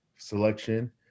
selection